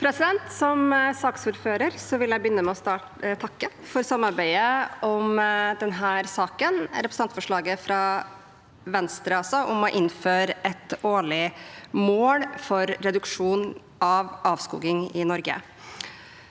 Som saksordfører vil jeg begynne med å takke for samarbeidet i denne saken. Representantforslaget fra Venstre handler om å innføre et årlig mål for reduksjon av avskoging i Norge.